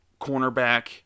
cornerback